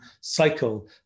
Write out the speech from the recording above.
cycle